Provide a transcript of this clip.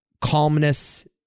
calmness